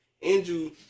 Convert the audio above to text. Andrew